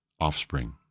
offspring